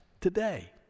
today